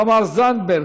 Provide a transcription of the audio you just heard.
תמר זנדברג,